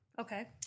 Okay